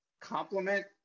complement